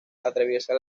atraviesa